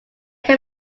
can